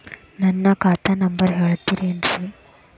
ನನ್ನ ಖಾತಾ ನಂಬರ್ ಹೇಳ್ತಿರೇನ್ರಿ?